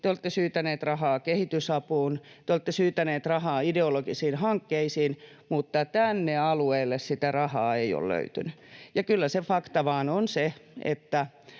te olette syytäneet rahaa kehitysapuun, te olette syytäneet rahaa ideologisiin hankkeisiin, mutta tänne alueelle sitä rahaa ei ole löytynyt. Ja kyllä se fakta vain on se, että